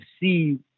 see